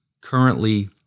currently